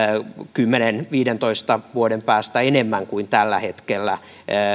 kymmenen viiva viidentoista vuoden päästä euromääräisesti enemmän kuin tällä hetkellä